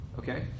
Okay